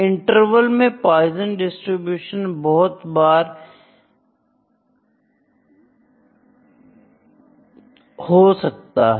interval में poison distribution बहुत बार 012 हो सकता है